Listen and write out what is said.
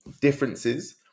differences